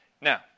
Now